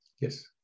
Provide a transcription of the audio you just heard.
Yes